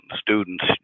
students